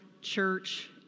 Church